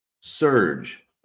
Surge